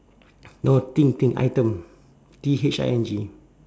no thing thing item T H I N G